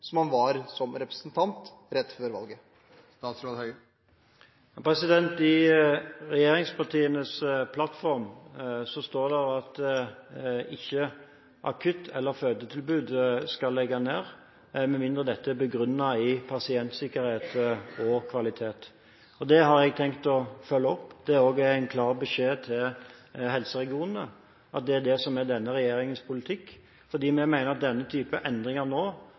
som han var som representant rett før valget? I regjeringspartienes plattform står det at akutt- eller fødetilbudet ikke skal legges ned med mindre dette er begrunnet i pasientsikkerhet og kvalitet, og det har jeg tenkt å følge opp. Det er også en klar beskjed til helseregionene at det er dette som er denne regjeringens politikk, fordi vi mener at denne typen endringer nå